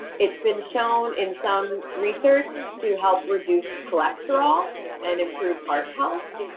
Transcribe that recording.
it's been shown in some research to help reduce cholesterol and improve heart health,